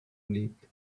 leapt